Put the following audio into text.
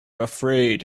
afraid